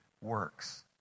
works